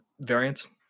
variants